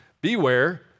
Beware